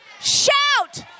Shout